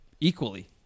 equally